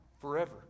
forever